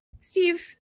Steve